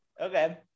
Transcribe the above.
Okay